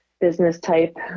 business-type